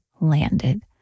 landed